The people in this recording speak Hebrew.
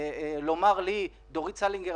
לומר לי: דורית סלינגר,